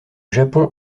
japon